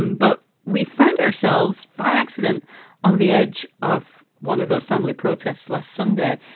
um but we found ourselves by accident on the edge of one of those family protests last sunday.